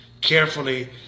carefully